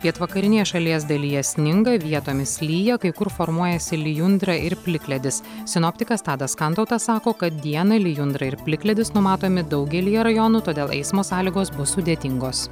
pietvakarinėje šalies dalyje sninga vietomis lyja kai kur formuojasi lijundra ir plikledis sinoptikas tadas kantautas sako kad dieną lijundra ir plikledis numatomi daugelyje rajonų todėl eismo sąlygos bus sudėtingos